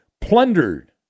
plundered